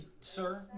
sir